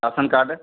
ration card